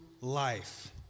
life